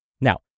Now